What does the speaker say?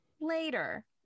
later